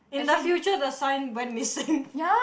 in the future the sign went missing